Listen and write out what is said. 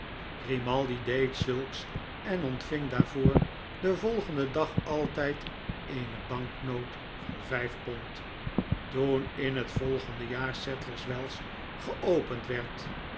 grimaldi deed zulks en ontving daarvoor den volgenden dag altijd eene banknoot van vijf pond toen in het volgende jaar sadlers wells geopend werd